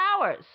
hours